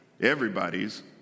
everybody's